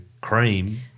cream